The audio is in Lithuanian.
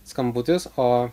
skambutis o